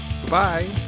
Goodbye